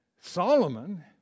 Solomon